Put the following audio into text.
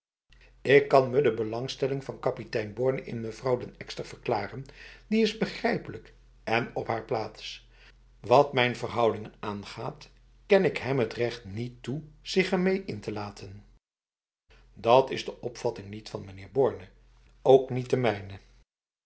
ik kan me de belangstelling van kapitein borne in mevrouw den ekster verklaren die is begrijpelijk en op haar plaats wat mijn verhoudingen aangaat ken ik hem het recht niet toe zich ermee in te laten dat is de opvatting niet van meneer borne en ook niet de mijne